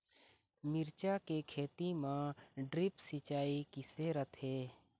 मिरचा के खेती म ड्रिप सिचाई किसे रथे?